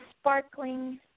sparkling